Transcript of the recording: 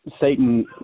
Satan